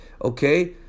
okay